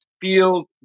feels